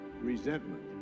resentment